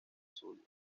zulia